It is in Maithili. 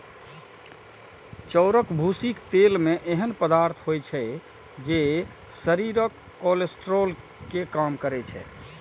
चाउरक भूसीक तेल मे एहन पदार्थ होइ छै, जे शरीरक कोलेस्ट्रॉल कें कम करै छै